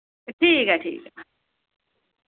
ठीक ऐ ठीक ऐ